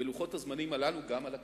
בלוחות הזמנים הללו, גם על הכנסת,